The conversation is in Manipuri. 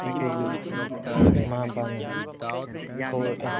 ꯑꯩꯈꯣꯏꯒꯤ ꯏꯃꯥ ꯏꯄꯥꯅ ꯀꯧꯔꯛꯑꯦ